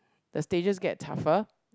the stages get tougher